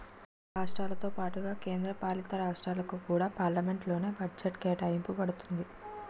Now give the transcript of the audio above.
రాష్ట్రాలతో పాటుగా కేంద్ర పాలితరాష్ట్రాలకు కూడా పార్లమెంట్ లోనే బడ్జెట్ కేటాయింప బడుతుంది